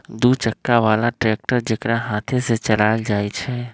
दू चक्का बला ट्रैक्टर जेकरा हाथे से चलायल जाइ छइ